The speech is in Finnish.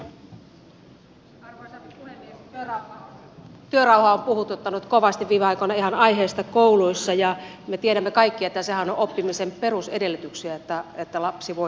työrauha on puhututtanut kovasti viime aikoina ihan aiheesta kouluissa ja me tiedämme kaikki että sehän on oppimisen perusedellytyksiä että lapsi voi opiskella rauhassa